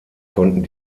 konnten